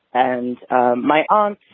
and my aunt,